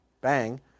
bang